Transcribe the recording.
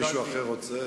אם מישהו אחר רוצה,